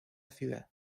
ciudad